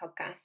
Podcast